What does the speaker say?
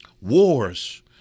wars